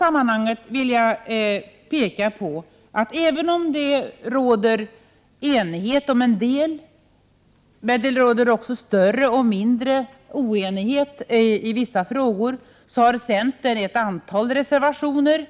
Jag vill peka på att även om det råder enighet i en del frågor, råder det större och mindre oenighet i vissa andra frågor, och centern har avgivit ett antal reservationer